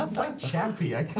um like chappie.